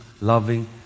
loving